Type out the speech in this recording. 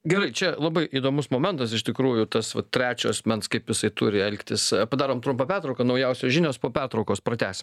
gerai čia labai įdomus momentas iš tikrųjų tas vat trečio asmens kaip jisai turi elgtis padarom trumpą pertrauką naujausios žinios po pertraukos pratęsim